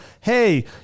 hey